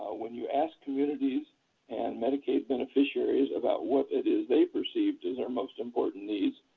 when you ask communities and medicaid beneficiaries about what it is they perceived as their most important needs,